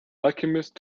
alchemist